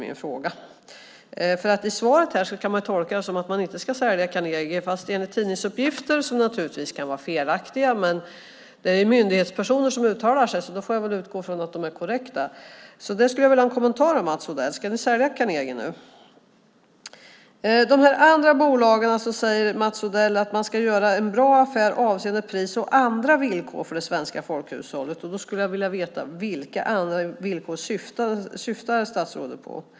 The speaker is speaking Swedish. I svaret kan man tolka det så att man inte ska sälja Carnegie. Tidningsuppgifterna kan naturligtvis vara felaktiga, men det är myndighetspersoner som uttalar sig, och då får jag utgå från att de är korrekta. Jag skulle vilja ha en kommentar från Mats Odell. Ska ni sälja Carnegie nu? Om de andra bolagen säger Mats Odell att man ska göra en bra affär avseende pris och andra villkor för det svenska folkhushållet. Då skulle jag vilja veta vilka andra villkor statsrådet syftar på.